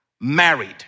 married